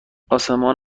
آسمان